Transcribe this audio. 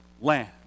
land